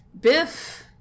Biff